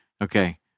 Okay